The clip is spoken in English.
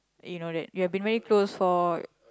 you know that you've been very close for